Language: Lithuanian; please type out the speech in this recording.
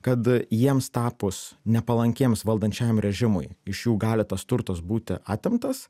kad jiems tapus nepalankiems valdančiajam režimui iš jų gali tas turtas būti atimtas